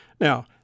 Now